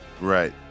Right